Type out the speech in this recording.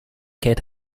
get